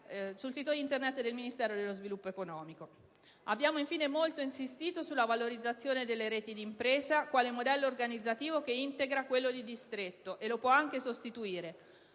sul sito Internet del Ministero dello sviluppo economico. Abbiamo infine molto insistito sulla valorizzazione delle reti di impresa quale modello organizzativo che integra quello di distretto e lo può anche sostituire.